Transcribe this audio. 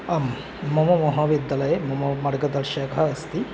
आं मम महाविद्यालये मम मार्गदर्शकः अस्ति